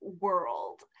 world